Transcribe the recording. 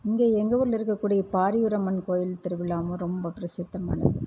இங்கே எங்கூரில் இருக்கக்கூடிய பாரியூர் அம்மன் கோயில் திருவிழா ரொம்ப பிரசித்தமானது